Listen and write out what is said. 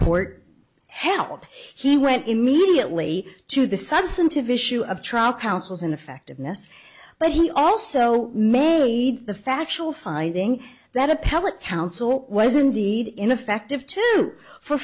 court help he went immediately to the substantive issue of trial counsel's ineffectiveness but he also made the factual finding that appellate counsel was indeed ineffective two for